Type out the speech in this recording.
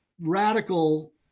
radical